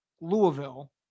Louisville